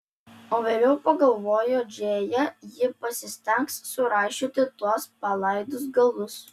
o vėliau pagalvojo džėja ji pasistengs suraišioti tuos palaidus galus